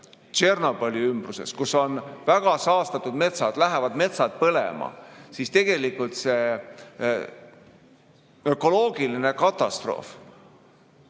Tšornobõli ümbruses, kus on väga saastatud metsad, lähevad metsad põlema, siis on ökoloogiline katastroof